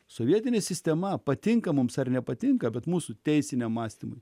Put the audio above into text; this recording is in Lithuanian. sovietinė sistema patinka mums ar nepatinka bet mūsų teisiniam mąstymui